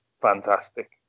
fantastic